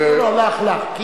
לי או לרוחמה?